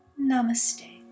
Namaste